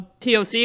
toc